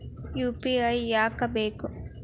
UPI ಯಾಕ್ ಬೇಕು?